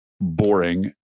boring